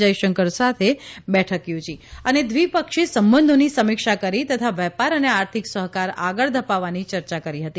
જયશંકર સાથે બેઠક યોજી અને દ્વિપક્ષી સંબંધોની સમીક્ષા કરી તથા વેપાર અને આર્થિક સહકાર આગળ ધપાવવાની ચર્ચા કરી હતી